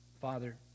Father